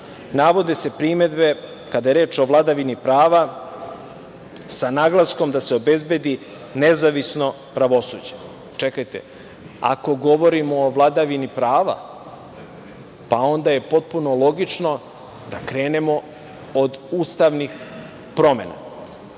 navode se primedbe, kada je reč o vladavini prava, sa naglaskom da se obezbedi nezavisno pravosuđe. Čekajte, ako govorimo o vladavini prava, pa onda je potpuno logično da krenemo od ustavnih promena. Imaćemo